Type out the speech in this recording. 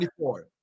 24